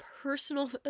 personal